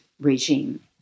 regime